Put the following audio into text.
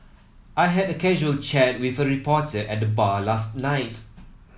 I had a casual chat with a reporter at the bar last night